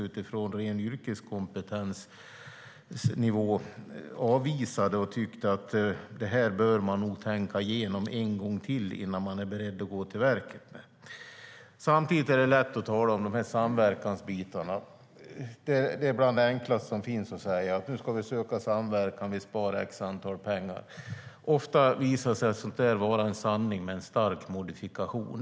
Utifrån deras yrkeskompetens ställde de sig avvisande och ansåg att det här bör tänkas igenom en gång till innan man är beredd att gå till verket. Samtidigt är det lätt att tala om samverkan. Det är bland det enklaste som finns att säga att man ska söka samverkan och därigenom spara ett visst antal kronor. Ofta visar sig detta vara en sanning med en stark modifikation.